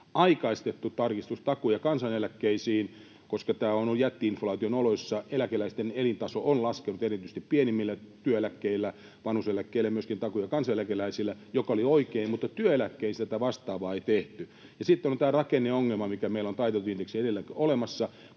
aikaistettu tarkistustakuu kansaneläkkeisiin — koska tämän jätti-inflaation oloissa eläkeläisten elintaso on laskenut erityisesti pienimpiä työeläkkeitä ja vanhuuseläkkeitä saavilla ja myöskin takuu- ja kansaneläkeläisillä — mikä oli oikein, mutta työeläkkeissä tätä vastaavaa ei tehty. Ja sitten on tämä rakenne-ongelma, taitettu indeksi, mikä meillä on edelleen olemassa,